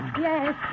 Yes